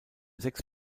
sechs